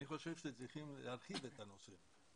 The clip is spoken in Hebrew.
אני חושב שצריכים להרחיב את הנושא.